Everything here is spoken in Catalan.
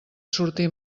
sortir